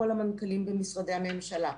כל המנכ"לים במשרדי הממשלה,